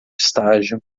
estágio